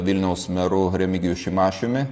vilniaus meru remigiju šimašiumi